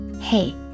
Hey